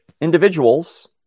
individuals